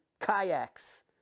kayaks